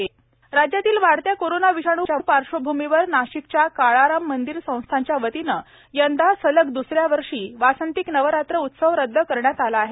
काळाराम मंदिर राज्यातील वाढत्या कोरोना विषाणू पार्श्वभूमीवर नाशिकच्या काळाराम मंदिर संस्थानच्या वतीने यंदा सलग द्सऱ्या वर्षी वासंतिक नवरात्र उत्सव रद्द करण्यात आला आहे